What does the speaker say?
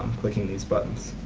clicking these buttons